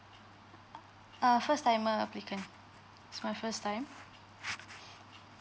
uh first timer application it's my first time